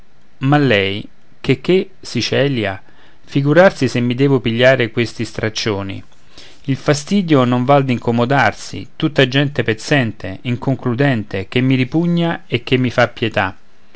ma lei che che si celia figurarsi se mi devo pigliar questi straccioni il fastidio non val d'incomodarsi tutta gente pezzente inconcludente che mi ripugna e che mi fa pietà